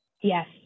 Yes